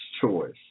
choice